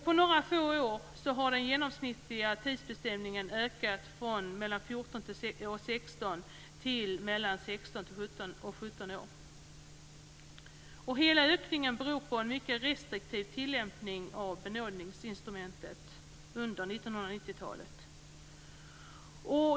På några få år har den genomsnittliga tidsbestämningen ökat från mellan 14 och 16 år till mellan 16 och 17 år. Hela ökningen beror på en mycket restriktiv tillämpning av benådningsinstrumentet under 1990-talet.